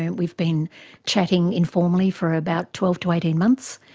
and we've been chatting informally for about twelve to eighteen months.